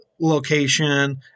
location